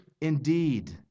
indeed